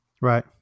Right